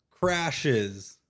Crashes